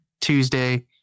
Tuesday